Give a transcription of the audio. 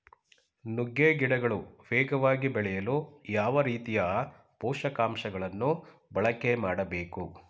ನುಗ್ಗೆ ಗಿಡಗಳು ವೇಗವಾಗಿ ಬೆಳೆಯಲು ಯಾವ ರೀತಿಯ ಪೋಷಕಾಂಶಗಳನ್ನು ಬಳಕೆ ಮಾಡಬೇಕು?